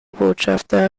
botschafter